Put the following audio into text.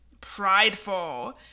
prideful